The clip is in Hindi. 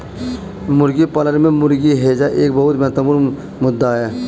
मुर्गी पालन में मुर्गी हैजा एक बहुत महत्वपूर्ण मुद्दा है